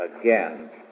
again